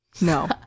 no